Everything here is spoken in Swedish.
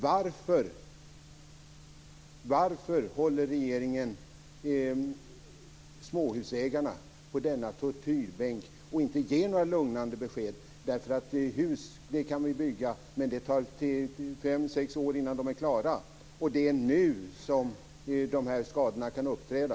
Varför håller regeringen småhusägarna på denna tortyrbänk i stället för att ge några lugnande besked? Hus kan vi bygga, men det tar fem sex år innan de är klara. Det är nu som skadorna kan uppträda.